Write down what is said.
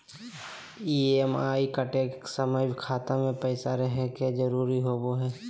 EMI कटे समय खाता मे पैसा रहे के जरूरी होवो हई